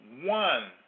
one